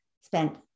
spent